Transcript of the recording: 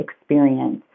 experience